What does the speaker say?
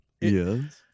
Yes